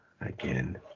again